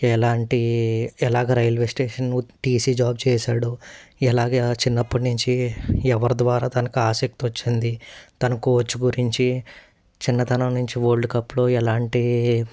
ఎలాంటి ఎలాగా railway station TC job చేసాడు ఎలాగా చిన్నప్పటి నుంచి ఎవరి ద్వారా తనకి ఆసక్తి వచ్చింది తను కోచ్ గురించి చిన్నతనం నుంచి వరల్డ్ కప్లో ఎలాంటి